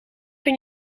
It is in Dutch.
kan